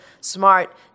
smart